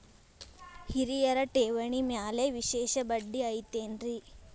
ಹಿರಿಯರ ಠೇವಣಿ ಮ್ಯಾಲೆ ವಿಶೇಷ ಬಡ್ಡಿ ಐತೇನ್ರಿ?